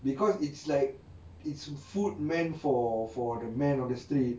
because it's like it's food meant for for the man on the street